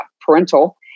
parental